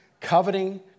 coveting